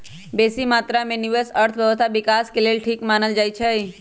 बेशी मत्रा में निवेश अर्थव्यवस्था विकास के लेल ठीक मानल जाइ छइ